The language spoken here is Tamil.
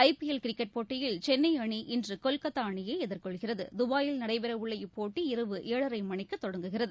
ஐபிஎல்கிரிக்கெட் போட்டியில் சென்னைஅணி இன்றுகொல்கத்தாஅணியைஎதிர்கொள்கிறது துபாயில் நடைபெறஉள்ள இப்போட்டி இரவு ஏழரைமணிக்குதொடங்குகிறது